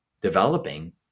developing